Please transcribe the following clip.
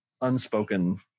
unspoken